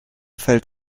felt